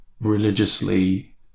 religiously